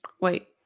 Wait